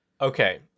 Okay